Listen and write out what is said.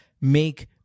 make –